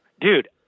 Dude